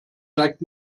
dreck